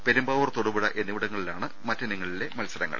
പെരുമ്പാവൂർ തൊടുപുഴ എന്നിവിടങ്ങളിലാണ് മറ്റിനങ്ങളിലെ മത്സ രങ്ങൾ